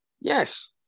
yes